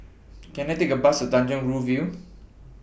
Can I Take A Bus to Tanjong Rhu View